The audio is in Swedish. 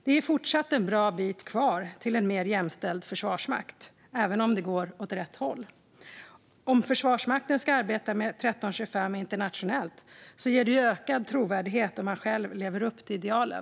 Det är fortfarande en bra bit kvar till en mer jämställd försvarsmakt, även om det går åt rätt håll. Om Försvarsmakten ska arbeta med resolution 1325 internationellt ger det ökad trovärdighet om man själv lever upp till idealen.